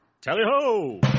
Tally-ho